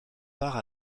part